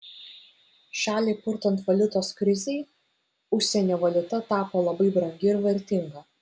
šalį purtant valiutos krizei užsienio valiuta tapo labai brangi ir vertinga